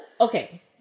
okay